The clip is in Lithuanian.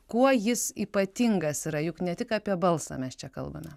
kuo jis ypatingas yra juk ne tik apie balsą mes čia kalbame